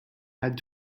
had